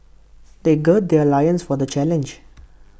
they gird their loins for the challenge